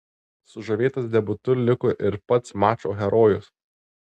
sužavėtas debiutu liko ir pats mačo herojus